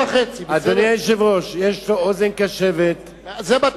אדוני היושב-ראש, יש לו אוזן קשבת, זה בטוח.